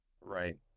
Right